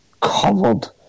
covered